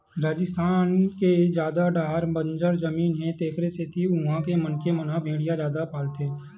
राजिस्थान के जादा डाहर बंजर जमीन हे तेखरे सेती उहां के मनखे मन ह भेड़िया जादा पालथे